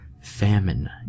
Famine